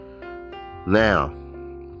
Now